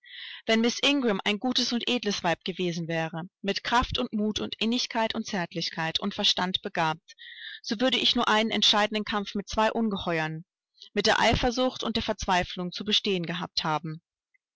wenn miß ingram ein gutes und edles weib gewesen wäre mit kraft und mut und innigkeit und zärtlichkeit und verstand begabt so würde ich nur einen entscheidenden kampf mit zwei ungeheuern mit der eifersucht und der verzweiflung zu bestehen gehabt haben